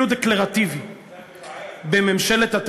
אפילו דקלרטיבי,